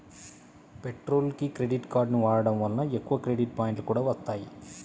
పెట్రోల్కి క్రెడిట్ కార్డుని వాడటం వలన ఎక్కువ క్రెడిట్ పాయింట్లు కూడా వత్తాయి